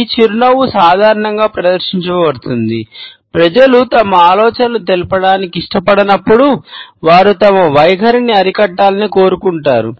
ఈ చిరునవ్వు సాధారణంగా ప్రదర్శించబడుతుంది ప్రజలు తమ ఆలోచనలను తెలుపడానికి ఇష్టపడనప్పుడు వారు తమ వైఖరిని అరికట్టాలని కోరుకుంటారు